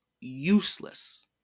useless